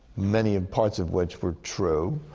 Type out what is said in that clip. many parts of which were true.